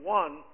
one